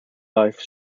life